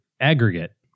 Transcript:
aggregate